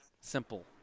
simple